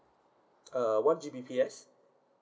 uh one G_B_P_S